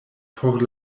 por